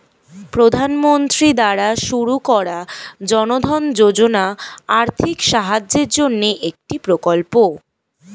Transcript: প্রধানমন্ত্রী দ্বারা শুরু করা জনধন যোজনা আর্থিক সাহায্যের জন্যে একটি প্রকল্প